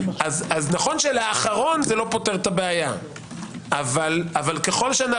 נכון שלאחרון זה לא פותר את הבעיה אבל סטטיסטית,